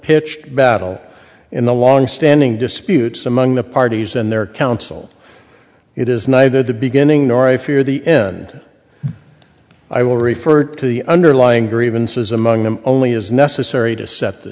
pitched battle in the longstanding disputes among the parties and their counsel it is neither the beginning nor i fear the end i will refer to the underlying grievances among them only as necessary to set the